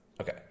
Okay